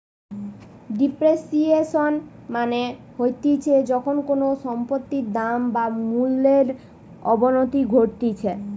depreciation মানে হতিছে যখন কোনো সম্পত্তির দাম বা মূল্যর অবনতি ঘটতিছে